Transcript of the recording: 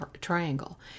triangle